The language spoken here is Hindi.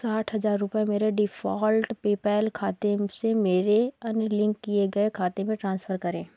साठ हज़ार रुपये मेरे डिफ़ॉल्ट पेपैल खाते से मेरे अन्य लिंक किए गए खाते में ट्रांसफ़र करें